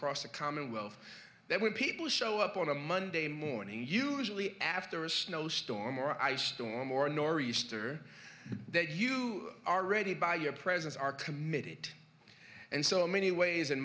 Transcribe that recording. cross the commonwealth that when people show up on a monday morning usually after a snow storm or ice storm or a nor'easter that you already by your presence are committed and so many ways